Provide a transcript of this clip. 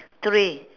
three